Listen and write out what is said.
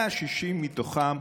160 מתוכם,